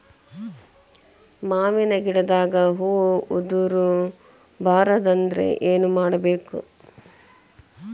ಮಾವಿನ ಗಿಡದಾಗ ಹೂವು ಉದುರು ಬಾರದಂದ್ರ ಏನು ಮಾಡಬೇಕು?